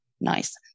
nice